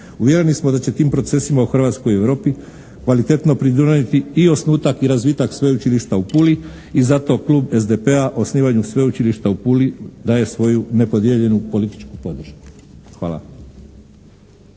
Uvjereni smo da će tim procesima u Hrvatskoj i Europi kvalitetno pridonijeti i osnutak i razvitak Sveučilišta u Puli i zato Klub SDP-a osnivanju Sveučilišta u Puli daje svoju nepodijeljenu političku podršku. Hvala.